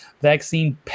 vaccine